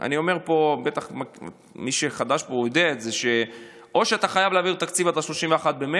אני אומר למי שחדש פה: או שאתה חייב להעביר תקציב עד 31 במרס,